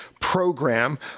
program